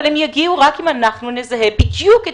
אבל הם יגיעו רק אם אנחנו נזהה בדיוק את